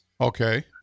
okay